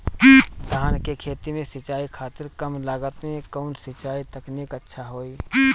धान के खेती में सिंचाई खातिर कम लागत में कउन सिंचाई तकनीक अच्छा होई?